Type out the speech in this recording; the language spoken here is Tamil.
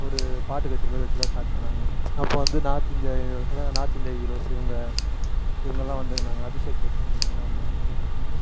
ஒரு பாட்டுக்கச்சேரி மாரி வெச்சு தான் ஸ்டாட் பண்ணிணாங்க அப்போ வந்து நாத் இந்தியா ஹீரோ அதான் நார்த் இந்தியா ஹீரோஸ் இவங்க இவங்கெல்லாம் வந்திருந்தாங்க அபிஷேக்பச்சன் இவங்கல்லாம் வந்தா அபிஷேக்பச்சனு